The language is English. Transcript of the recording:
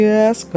Yes